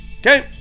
Okay